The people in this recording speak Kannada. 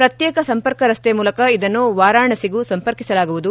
ಪ್ರತ್ತೇಕ ಸಂಪರ್ಕ ರಸ್ತೆ ಮೂಲಕ ಇದನ್ನು ವಾರಾಣಸಿಗೂ ಸಂಪರ್ಕಿಸಲಾಗುವುದು